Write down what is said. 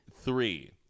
Three